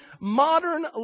modern